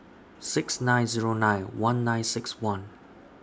six nine Zero nine one nine six one